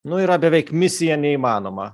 nu yra beveik misija neįmanoma